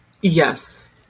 Yes